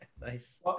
Nice